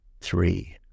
three